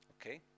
Okay